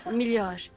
melhor